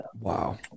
Wow